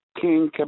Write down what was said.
King